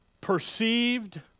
perceived